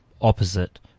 opposite